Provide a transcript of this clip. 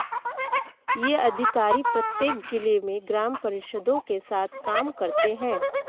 यह अधिकारी प्रत्येक जिले में ग्राम परिषदों के साथ काम करते हैं